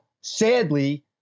sadly